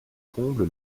comble